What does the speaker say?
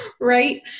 right